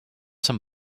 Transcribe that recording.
some